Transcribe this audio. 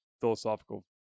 philosophical